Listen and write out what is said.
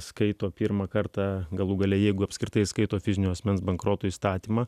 skaito pirmą kartą galų gale jeigu apskritai skaito fizinio asmens bankroto įstatymą